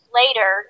later